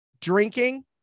drinking